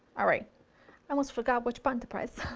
alright, i almost forgot which button to press.